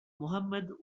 mohammad